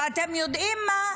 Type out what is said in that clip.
ואתם יודעים מה?